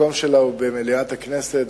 הוא במליאת הכנסת.